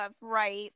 right